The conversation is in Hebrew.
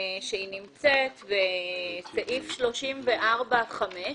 שנמצאת בסעיף 34(5),